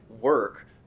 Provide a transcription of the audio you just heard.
work